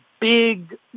big